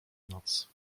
noc